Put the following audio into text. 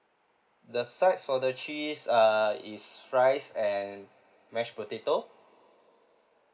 the sides for the cheese err is fries and mashed potato